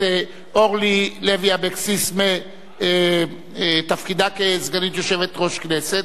אורלי לוי אבקסיס מתפקידה כסגנית יושב-ראש הכנסת,